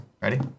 Ready